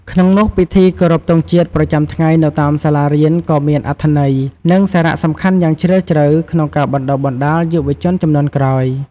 ក្នុងនោះពិធីគោរពទង់ជាតិប្រចាំថ្ងៃនៅតាមសាលារៀនក៏មាន អត្ថន័យ និងសារៈសំខាន់យ៉ាងជ្រាលជ្រៅ ក្នុងការបណ្ដុះបណ្ដាលយុវជនជំនាន់ក្រោយ។